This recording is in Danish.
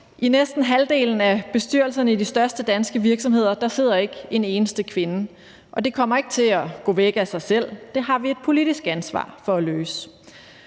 I næsten halvdelen af bestyrelserne i de største danske virksomheder sidder der ikke en eneste kvinde, og det kommer ikke til at gå væk af sig selv, så det har vi et politisk ansvar for at løse.